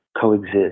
coexist